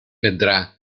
vendrá